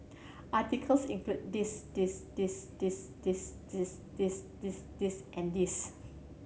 articles include this this this this this this this this this and this